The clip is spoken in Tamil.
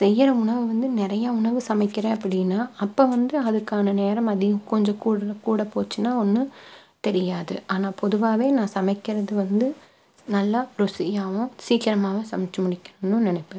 செய்கிற உணவை வந்து நிறையா உணவு சமைக்கிறேன் அப்படின்னா அப்போ வந்து அதுக்கான நேரம் அதிகம் கொஞ்சம் கூட கூட போச்சுனால் ஒன்றும் தெரியாது ஆனால் பொதுவாகவே நான் சமைக்கிறது வந்து நல்லா ருசியாகவும் சீக்கிரமாகவும் சமைச்சு முடிக்கணும்னு நினைப்பேன்